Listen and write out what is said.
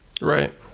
Right